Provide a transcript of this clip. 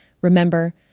Remember